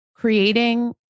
creating